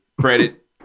Credit